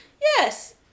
Yes